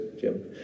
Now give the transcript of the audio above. Jim